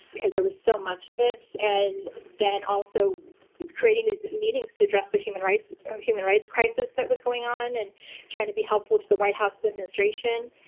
because there was so much of it, and then also creating these meetings to address the human rights um human rights crisis that was going on and trying to be helpful to the white house, the administration.